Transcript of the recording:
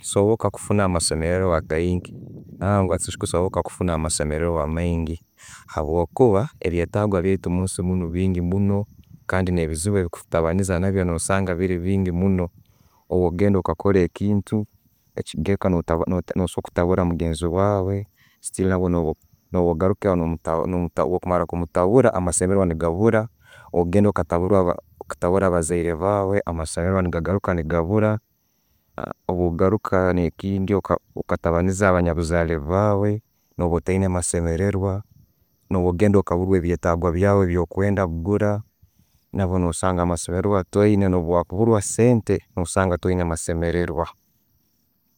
Kisoboka kufuna amasemereirwa againgi nangwa tekisoboka kufuna amasemererwa amaingi habwokuba ebyetago byaitu munsi munu bingi muno kandi nebizibu ebikutabaniza osanga biri bingi muno obwo genda okakora ekintu, ekigarukaho, no sobora kutabura mugenzi wawe, bwokumara kumutabura, amasemererwa ne gabura. Obwogenda okatabura abazaire baawe, amasemererwa negagaruka negabura. Obwo garuka ne'kindi okatabura banyamuzare baawe no'ba ottaina amasemererwa. No'bwogenda okaburwa ebyetago byawe, byo kwenda gura, nabwo nosanga amasemererwa otaina, no'bokuburwa sente, no'sanga ottaina masemererwa.